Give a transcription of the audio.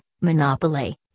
Monopoly